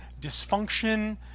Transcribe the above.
dysfunction